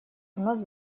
вновь